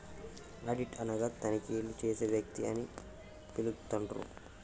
audit అనగా తనిఖీలు చేసే వ్యక్తి అని పిలుత్తండ్రు